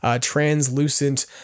translucent